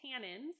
tannins